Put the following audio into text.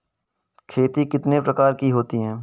खेती कितने प्रकार की होती है?